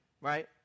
right